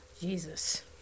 Jesus